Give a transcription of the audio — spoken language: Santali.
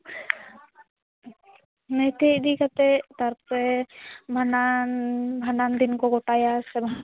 ᱱᱟᱹᱭᱛᱮ ᱤᱫᱤ ᱠᱟᱛᱮᱫ ᱛᱟᱨᱯᱚᱨᱮ ᱵᱷᱟᱸᱰᱟᱱ ᱵᱷᱟᱸᱰᱟᱱ ᱫᱤᱱ ᱠᱚ ᱜᱚᱴᱟᱭᱟ ᱥᱮ